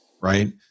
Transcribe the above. right